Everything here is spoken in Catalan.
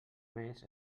més